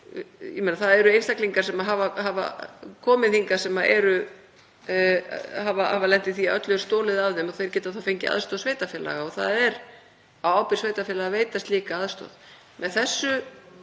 Það eru einstaklingar sem hafa komið hingað sem hafa lent í því að öllu hefur verið stolið af þeim og þeir hafa geta fengið aðstoð sveitarfélaga og það er á ábyrgð sveitarfélaga að veita slíka aðstoð.